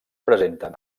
presenten